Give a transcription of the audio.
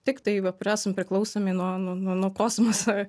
tiktai va pr esam priklausomi nuo nuo kosmoso